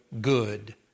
good